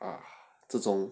ah 这种